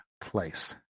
place